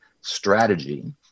strategy